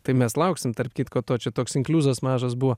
tai mes lauksim tarp kitko to čia toks inkliuzas mažas buvo